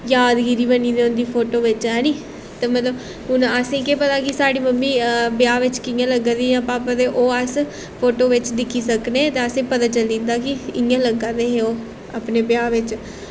यादगिरी बनी दी होंदी फोटो बिच्च हैनी ते मतलब हून असेंगी केह् पता कि साढ़ी मम्मी ब्याह् बिच्च कियां लग्गा दी ही जां पापा ते ओह् अस फोटो बिच्च दिक्खी सकनें ते असेंगी पता चली जंदा कि इ'यां लग्गा दे हे ओह् अपने ब्याह् बिच्च